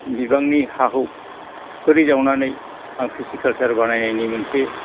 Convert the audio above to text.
बिबांनि हाखौ फुख्रि जावनानै आं फिसिकाल्सार बानायनायनि मोनसे